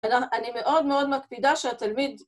‫אני מאוד מאוד מקפידה שהתלמיד...